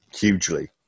hugely